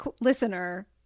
listener